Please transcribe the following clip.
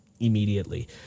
immediately